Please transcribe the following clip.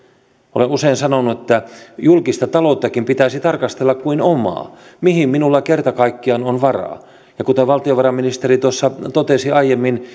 olen usein sanonut että julkista talouttakin pitäisi tarkastella kuin omaa mihin minulla kerta kaikkiaan on varaa ja kuten valtiovarainministeri tuossa totesi aiemmin